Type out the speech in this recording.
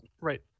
Right